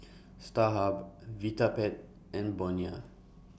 Starhub Vitapet and Bonia